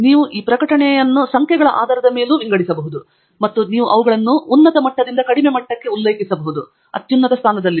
ಮತ್ತು ನೀವು ಪ್ರಕಟಣೆಯನ್ನು ಸಂಖ್ಯೆಗಳ ಆಧಾರದ ಮೇಲೆ ವಿಂಗಡಿಸಬಹುದು ಮತ್ತು ನೀವು ಅವುಗಳನ್ನು ಉನ್ನತ ಮಟ್ಟದಿಂದ ಕಡಿಮೆ ಮಟ್ಟಕ್ಕೆ ಉಲ್ಲೇಖಿಸಬಹುದು ಅತ್ಯುನ್ನತ ಸ್ಥಾನದಲ್ಲಿದೆ